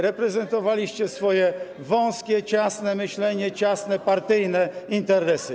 Reprezentowaliście swoje wąskie, ciasne myślenie, ciasne partyjne interesy.